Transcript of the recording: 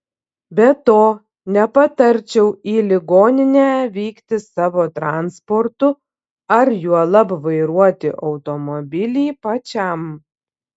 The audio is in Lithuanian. be to nepatarčiau į ligoninę vykti savo transportu ar juolab vairuoti automobilį pačiam